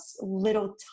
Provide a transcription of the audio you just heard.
little